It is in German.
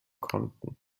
konnten